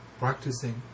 practicing